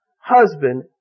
husband